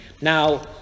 Now